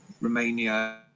Romania